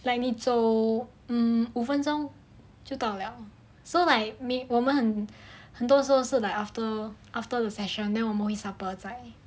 like 你走 mm 五分钟就到了 so like me 我们很很多时候是 like after after the session then 我们会 supper 在